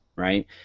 right